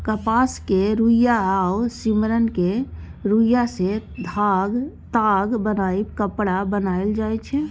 कपासक रुइया आ सिम्मरक रूइयाँ सँ ताग बनाए कपड़ा बनाएल जाइ छै